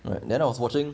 but then I was watching